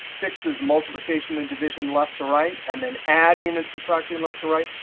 sixth is multiplication and division left to right, and then adding and subtracting left to right.